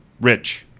Rich